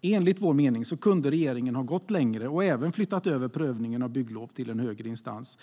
Enligt vår mening kunde regeringen ha gått längre och flyttat över även prövningen av bygglov till en högre instans.